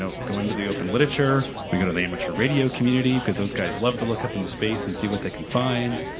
ah going to the open literature. we go to the amateur radio community, because those guys love to look up into space and see what they can find.